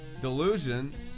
delusion